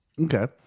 Okay